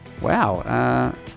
Wow